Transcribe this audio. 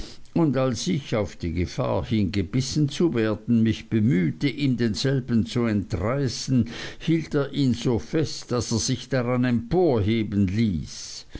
und als ich auf die gefahr hin gebissen zu werden mich bemühte ihm denselben zu entreißen hielt er ihn so fest daß er sich daran emporheben ließ